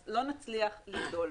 אז לא נצליח לגדול.